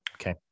Okay